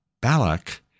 Balak